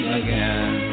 again